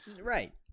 Right